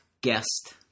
guest